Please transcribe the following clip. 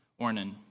Ornan